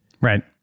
Right